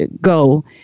go